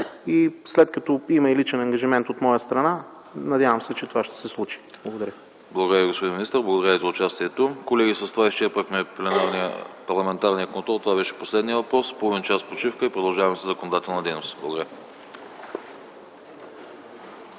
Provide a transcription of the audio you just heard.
И след като има и личен ангажимент от моя страна, надявам се, че това ще се случи. Благодаря. ПРЕДСЕДАТЕЛ АНАСТАС АНАСТАСОВ: Благодаря Ви, господин министър. Благодаря Ви за участието. Колеги, с това изчерпахме парламентарния контрол. Това беше последният въпрос. Половин час почивка, а след това продължаваме със законодателна дейност. Благодаря.